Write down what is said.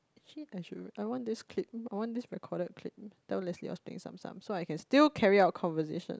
actually I should I want this clip I want this recorded clip tell Leslie I was playing Tsum Tsum so I can still carry out conversation